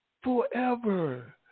Forever